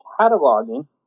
cataloging